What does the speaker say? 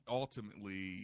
ultimately